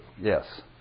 Yes